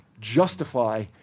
justify